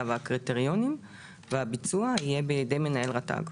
והקריטריונים והביצוע יהיה בידי מנהל רת"ג.